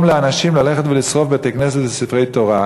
לאנשים ללכת ולשרוף בתי-כנסת וספרי תורה.